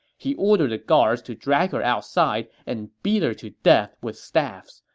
he ordered the guards to drag her outside and beat her to death with staves,